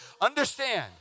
Understand